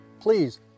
please